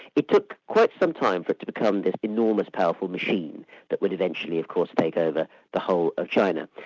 it took quite some time for it to become this enormous powerful machine that would eventually of course take over the whole of china.